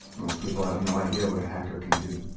most people have no idea what a hacker can do.